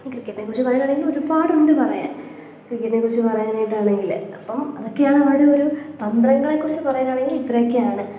ക്രിക്കറ്റിനെക്കുറിച്ച് പറയാനാണെങ്കില് ഒരുപാടുണ്ട് പറയാന് ക്രിക്കറ്റിനെക്കുറിച്ച് പറയാനായിട്ടാണെങ്കിൽ അപ്പം അതൊക്കെയാണ് അവരുടെ ഒരു തന്ത്രങ്ങളെക്കുറിച്ച് പറയാനാണെങ്കില് ഇത്രയൊക്കെയാണ്